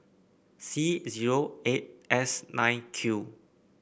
C zero eight S nine Q